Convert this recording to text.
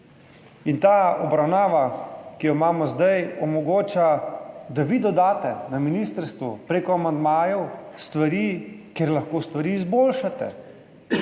ta obravnava, ki jo imamo zdaj, omogoča, da vi dodate na ministrstvu preko amandmajev stvari, kjer lahko stvari izboljšate.